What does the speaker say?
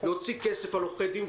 להוציא כסף על עורכי דין,